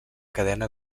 cadena